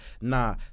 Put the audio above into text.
nah